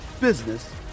business